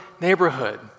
neighborhood